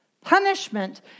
Punishment